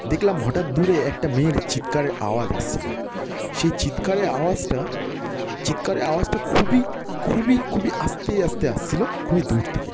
দেকলাম হটাৎ দূরে একটা মেয়ের চিৎকারের আওয়াজ আসছিলো সেই চিৎকারের আওয়াজটা চিৎকারের আওয়াজটা খুবই খুবই খুবই আস্তে আস্তে আসছিলো খুবই দূর থেকে